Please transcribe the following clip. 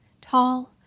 Tall